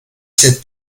cette